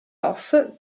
off